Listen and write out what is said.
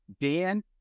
Dan